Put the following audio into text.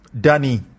Danny